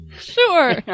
Sure